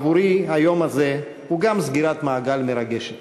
עבורי היום הזה הוא גם סגירת מעגל מרגשת.